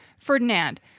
Ferdinand